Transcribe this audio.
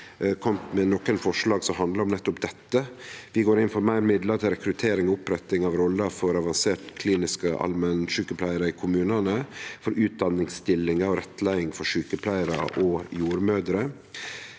kome med nokre forslag som handlar om nettopp dette. Vi går inn for meir midlar til rekruttering og oppretting av roller for avansert klinisk allmennsjukepleiar i kommunane, for utdanningsstillingar og rettleiing for sjukepleiarar og jordmødrer.